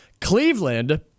Cleveland